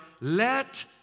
let